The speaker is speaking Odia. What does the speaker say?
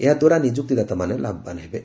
ଏହାଦ୍ୱାରା ନିଯୁକ୍ତିଦାତାମାନେ ଲାଭବାନ ହେବେ